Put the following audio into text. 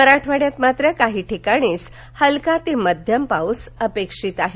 मराठवाड्यात मात्र काही ठिकाणीच हलका ते मध्यम पाऊस अपेक्षित आहे